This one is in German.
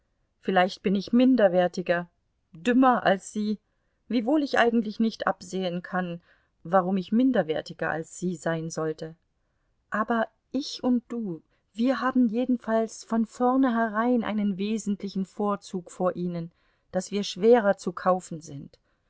vielleicht bin ich minderwertiger dümmer als sie wiewohl ich eigentlich nicht absehen kann warum ich minderwertiger als sie sein sollte aber ich und du wir haben jedenfalls von vornherein einen wesentlichen vorzug vor ihnen daß wir schwerer zu kaufen sind